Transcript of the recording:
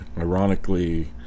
Ironically